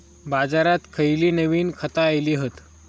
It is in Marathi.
बाजारात खयली नवीन खता इली हत?